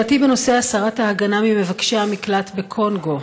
שאלתי היא בנושא הסרת ההגנה ממבקשי המקלט מקונגו.